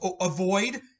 avoid